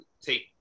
take